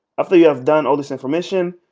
after you have done all this information,